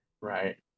Right